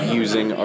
using